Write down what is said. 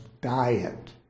diet